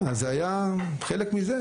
אז זה היה חלק מזה.